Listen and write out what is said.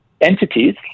entities